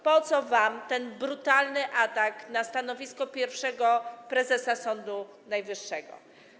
Po co wam ten brutalny atak na stanowisko pierwszego prezesa Sądu Najwyższego?